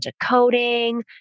decoding